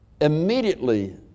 immediately